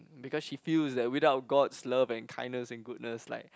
because she feels that without God's love and kindness and goodness like